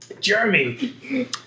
Jeremy